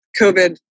COVID